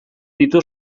ditu